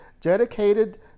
dedicated